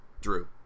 Drew